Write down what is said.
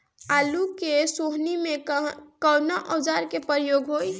आलू के सोहनी में कवना औजार के प्रयोग होई?